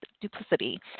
duplicity